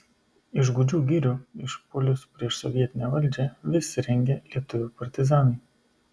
iš gūdžių girių išpuolius prieš sovietinę valdžią vis rengė lietuvių partizanai